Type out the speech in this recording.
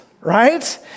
right